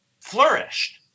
flourished